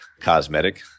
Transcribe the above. cosmetic